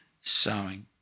sowing